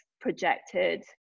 projected